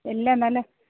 എല്ലാം നല്ല